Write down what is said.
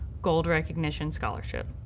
gold recognition scholarship.